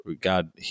God